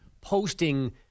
posting